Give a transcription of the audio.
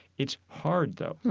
it's hard, though,